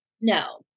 No